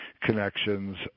connections